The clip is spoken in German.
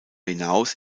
hinaus